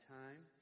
time